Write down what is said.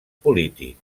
polític